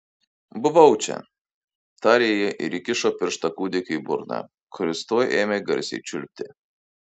buvau čia tarė ji ir įkišo pirštą kūdikiui į burną kuris tuoj ėmė garsiai čiulpti